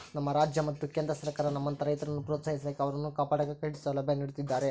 ನಮ್ಮ ರಾಜ್ಯ ಮತ್ತು ಕೇಂದ್ರ ಸರ್ಕಾರ ನಮ್ಮಂತಹ ರೈತರನ್ನು ಪ್ರೋತ್ಸಾಹಿಸಾಕ ಅವರನ್ನು ಕಾಪಾಡಾಕ ಕ್ರೆಡಿಟ್ ಸೌಲಭ್ಯ ನೀಡುತ್ತಿದ್ದಾರೆ